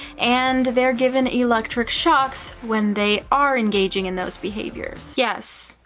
and they're given electric shocks when they are engaging in those behaviors. yes.